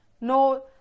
no